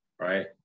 right